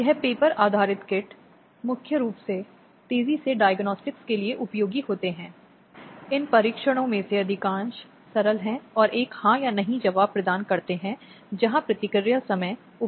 इसलिए मौद्रिक राहत के अलावा उसे लगी शारीरिक चोटों के लिए आघात जो वह झेल चुकी है तो मुआवजे का एक आदेश हो सकता है जो उसे दिया जा सकता है